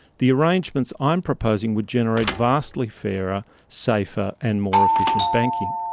the arrangements i'm proposing would generate vastly fairer, safer and more efficient banking.